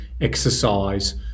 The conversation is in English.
exercise